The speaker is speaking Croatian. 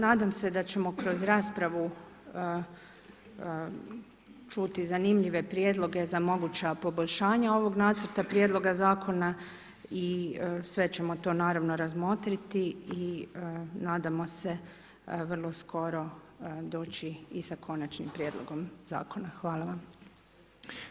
Nadam se da ćemo kroz raspravu čuti zanimljive prijedloge za moguća poboljšanja ovog nacrta prijedloga zakona i sve ćemo to naravno razmotriti i nadamo se vrlo skoro doći i sa konačnim prijedlogom zakona.